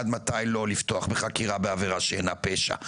מתי לא לפתוח בחקירה בעבירה שאינה פשע.